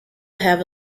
have